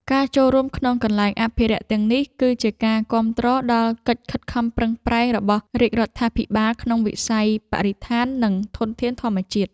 ការចូលរួមក្នុងកន្លែងអភិរក្សទាំងនេះ គឺជាការគាំទ្រដល់កិច្ចខិតខំប្រឹងប្រែងរបស់រាជរដ្ឋាភិបាលក្នុងវិស័យបរិស្ថាន និងធនធានធម្មជាតិ។